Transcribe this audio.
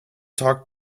talk